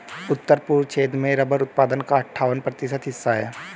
उत्तर पूर्व क्षेत्र में रबर उत्पादन का अठ्ठावन प्रतिशत हिस्सा है